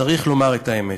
צריך לומר את האמת.